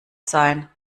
sein